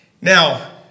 now